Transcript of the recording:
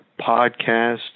podcast